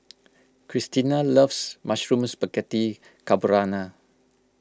Cristina loves Mushroom Spaghetti Carbonara